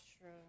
true